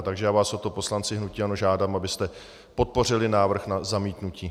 Takže já vás o to, poslanci hnutí ANO, žádám, abyste podpořili návrh na zamítnutí.